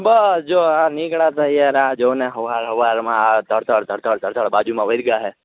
બસ આ જો નિકડીયા તા યાર આ જોને હવાર હવારમાં આ ધર ધર ધર બાજુમાં વેડગયા હે